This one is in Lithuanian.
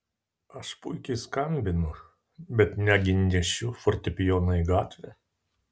aš puikiai skambinu bet negi nešiu fortepijoną į gatvę